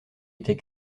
était